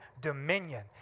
dominion